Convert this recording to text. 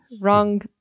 wrong